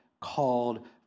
called